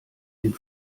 den